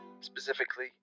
specifically